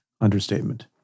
understatement